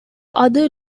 other